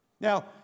Now